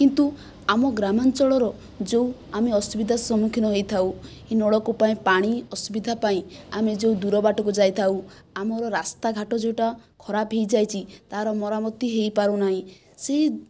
କିନ୍ତୁ ଆମ ଗ୍ରାମାଞ୍ଚଳର ଯେଉଁ ଆମେ ଅସୁବିଧାର ସମ୍ମୁଖୀନ ହୋଇଥାଉ ଏହି ନଳକୂପର ପାଣି ଅସୁବିଧା ପାଇଁ ଆମେ ଯେଉଁ ଦୂର ବାଟକୁ ଯାଇଥାଉ ଆମର ରାସ୍ତା ଘାଟ ଯେଉଁଟା ଖରାପ ହୋଇଯାଇଛି ତା'ର ମରାମତି ହୋଇପାରୁନାହିଁ ସେହି